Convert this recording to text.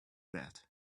that